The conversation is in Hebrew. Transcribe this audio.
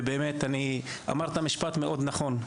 ובאמת אמרת משפט מאוד נכון,